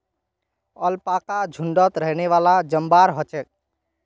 alpaca झुण्डत रहनेवाला जंवार ह छे